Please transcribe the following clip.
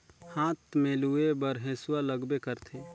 हाथ में लूए बर हेसुवा लगबे करथे